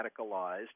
radicalized